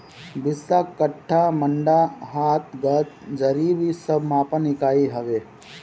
बिस्सा, कट्ठा, मंडा, हाथ, गज, जरीब इ सब मापक इकाई हवे